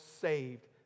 saved